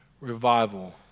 revival